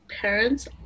parents